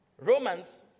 Romans